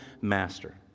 master